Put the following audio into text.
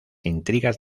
intrigas